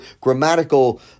grammatical